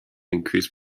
increase